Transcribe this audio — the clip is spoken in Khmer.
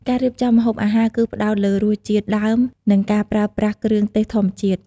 ការរៀបចំម្ហូបអាហារគឺផ្ដោតលើរសជាតិដើម និងការប្រើប្រាស់គ្រឿងទេសធម្មជាតិ។